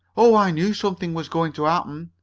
oh! i knew something was going to happen!